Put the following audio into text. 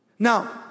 Now